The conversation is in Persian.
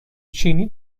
چینی